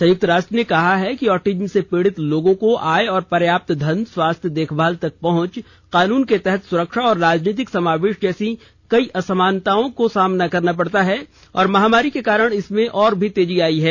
संयुक्त राष्ट्र ने कहा है कि ऑटिज्म से पीड़ित लोगों को आय और पर्याप्त धन स्वास्थ्य देखभाल तक पहुंच कानून के तहत सुरक्षा और राजनीतिक समावेश जैसी कई असमानताओं का सामना करना पड़ता है और महामारी के कारण इसमें और तेजी आई है